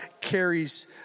carries